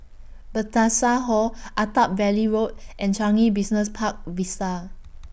Hall Attap Valley Road and Changi Business Park Vista